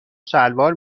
شلوار